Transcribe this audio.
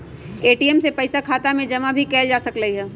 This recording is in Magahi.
ए.टी.एम से पइसा खाता में जमा भी कएल जा सकलई ह